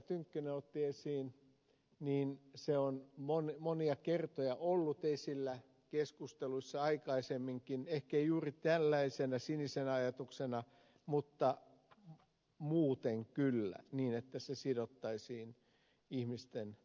tynkkynen otti esiin on monia kertoja ollut esillä keskusteluissa aikaisemminkin ehkei juuri tällaisena sinisenä ajatuksena mutta muuten kyllä niin että se sidottaisiin ihmisten ostovoimaan